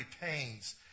pains